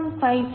55 0